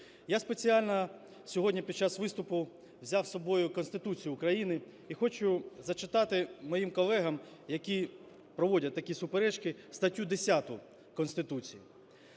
Я спеціально сьогодні під час виступу взяв з собою Конституцію України і хочу зачитати моїм колегам, які проводять такі суперечки, статтю 10 Конституції: